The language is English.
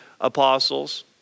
apostles